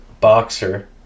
boxer